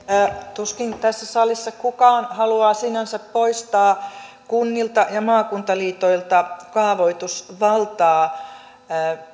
tuskin tässä salissa kukaan haluaa sinänsä poistaa kunnilta ja maakuntaliitoilta kaavoitusvaltaa